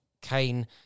Kane